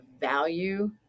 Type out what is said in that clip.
value